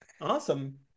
Awesome